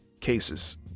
cases